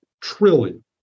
trillion